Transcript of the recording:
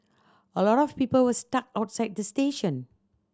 a lot of people were stuck outside the station